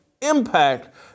impact